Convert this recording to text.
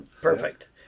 Perfect